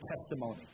testimony